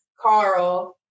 Carl